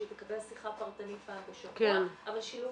שהיא תקבל שיחה פרטנית פעם בשבוע אבל שילוב